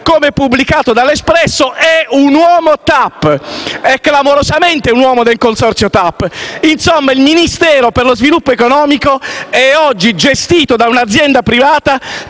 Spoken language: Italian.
come pubblicato da «L'Espresso», è un uomo TAP: è clamorosamente un uomo del consorzio TAP. Insomma, il Ministero per lo sviluppo economico è oggi gestito da un'azienda privata